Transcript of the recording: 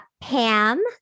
Pam